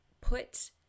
put